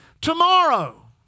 Tomorrow